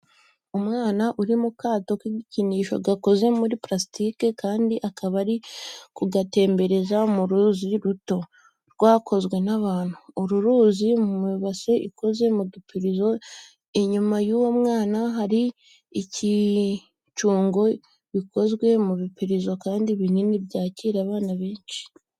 Umwana uri mu kato kigikinisho gakoze muri plastike kandi akaba ari kugatembereza mu ruzi ruto rwakozwe nabantu. Uruzi ruri mu ibase ikoze mu gipirizo. Inyuma y'uwo mwana hari ibyicungo bikozwe mu bipirizo kandi binini byakira bana benshi.